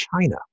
China